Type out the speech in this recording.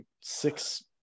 six